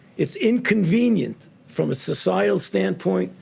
is inconvenient from a seattle standpoint,